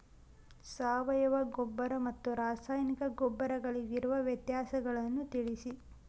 ಸಾವಯವ ಗೊಬ್ಬರ ಮತ್ತು ರಾಸಾಯನಿಕ ಗೊಬ್ಬರಗಳಿಗಿರುವ ವ್ಯತ್ಯಾಸಗಳನ್ನು ತಿಳಿಸಿ?